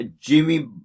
Jimmy